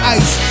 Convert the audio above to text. ice